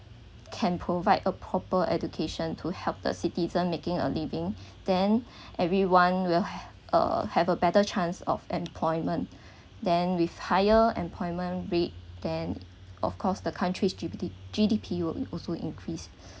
can provide a proper education to help a citizen making a living then everyone will have uh have a better chance of employment then with higher employment rate then of course the country's G_P_D G_D_P will also increase